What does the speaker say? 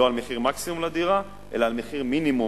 לא על מחיר מקסימום לקרקע אלא על מחיר מינימום